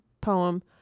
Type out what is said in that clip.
poem